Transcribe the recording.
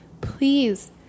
please